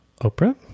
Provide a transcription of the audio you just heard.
Oprah